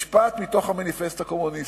משפט מתוך המניפסט הקומוניסטי.